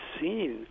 seen